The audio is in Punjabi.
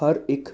ਹਰ ਇੱਕ